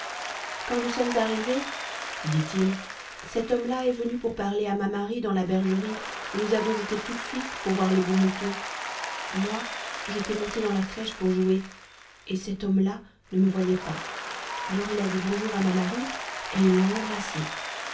quand nous sommes arrivés dit-il cet homme-là est venu pour parler à ma marie dans la bergerie où nous avons été tout de suite pour voir les beaux moutons moi j'étais monté dans la crèche pour jouer et cet homme-là ne me voyait pas alors il a dit bonjour à ma marie et il l'a embrassée